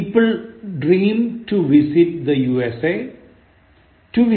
11 People dream to visit the USA